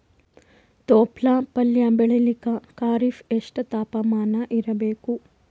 ತೊಪ್ಲ ಪಲ್ಯ ಬೆಳೆಯಲಿಕ ಖರೀಫ್ ಎಷ್ಟ ತಾಪಮಾನ ಇರಬೇಕು?